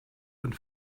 and